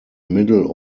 middle